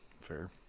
Fair